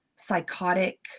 psychotic